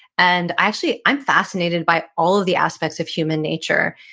and actually, i'm fascinated by all of the aspects of human nature.